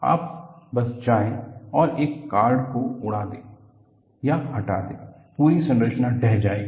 आप बस जाएं और एक कार्ड को उड़ा दें या हटा दें पूरी संरचना ढह जाएगी